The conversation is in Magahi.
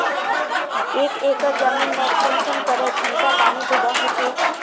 एक एकर जमीन नोत कुंसम करे घंटा पानी दुबा होचए?